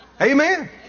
Amen